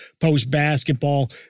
post-basketball